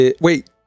Wait